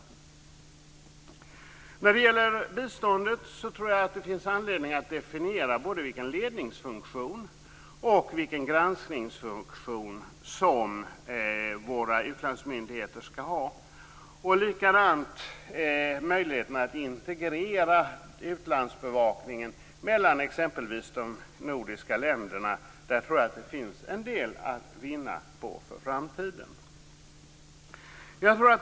Angående biståndet finns det anledning att definiera både vilken ledningsfunktion och vilken granskningsfunktion som våra utlandsmyndigheter skall ha och det gäller också möjligheterna att integrera utlandsbevakningen mellan t.ex. de nordiska länderna. Där finns det en del att vinna för framtiden.